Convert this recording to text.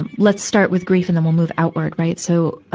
and let's start with grief and then we'll move outward, right. so,